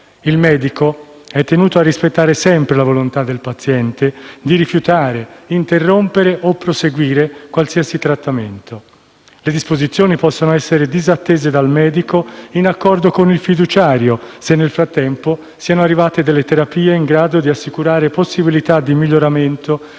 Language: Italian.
Il medico è tenuto a rispettare sempre la volontà del paziente di rifiutare, interrompere o proseguire qualsiasi trattamento. Le disposizioni possono essere disattese dal medico in accordo con il fiduciario se, nel frattempo, siano arrivate delle terapie in grado di assicurare possibilità di miglioramento delle condizioni